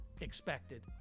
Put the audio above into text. expected